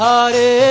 Hare